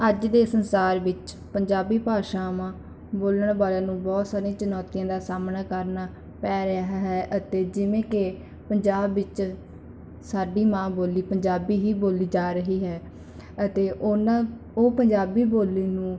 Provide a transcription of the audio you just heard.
ਅੱਜ ਦੇ ਸੰਸਾਰ ਵਿੱਚ ਪੰਜਾਬੀ ਭਾਸ਼ਾਵਾਂ ਬੋਲਣ ਵਾਲਿਆਂ ਨੂੰ ਬਹੁਤ ਸਾਰੀਆਂ ਚੁਨੌਤੀਆਂ ਦਾ ਸਾਹਮਣਾ ਕਰਨ ਪੈ ਰਿਹਾ ਹੈ ਅਤੇ ਜਿਵੇਂ ਕਿ ਪੰਜਾਬ ਵਿੱਚ ਸਾਡੀ ਮਾਂ ਬੋਲੀ ਪੰਜਾਬੀ ਹੀ ਬੋਲੀ ਜਾ ਰਹੀ ਹੈ ਅਤੇ ਉਹਨਾਂ ਉਹ ਪੰਜਾਬੀ ਬੋਲੀ ਨੂੰ